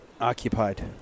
occupied